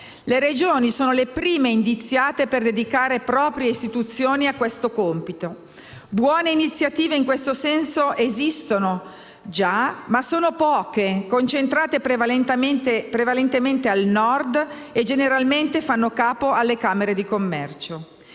Le Regioni sono le prime indiziate per dedicare proprie istituzioni a questo compito. Buone iniziative in questo senso esistono già ma sono poche, concentrate prevalentemente al Nord e generalmente fanno capo alle camere di commercio.